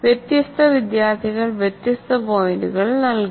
വ്യത്യസ്ത വിദ്യാർത്ഥികൾ വ്യത്യസ്ത പോയിന്റുകൾ നൽകുന്നു